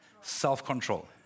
self-control